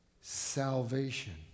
Salvation